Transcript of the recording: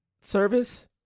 service